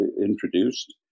introduced